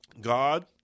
God